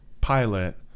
pilot